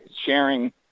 sharing